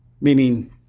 meaning